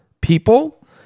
people